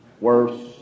worse